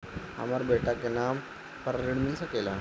हमरा बेटा के नाम पर ऋण मिल सकेला?